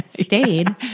stayed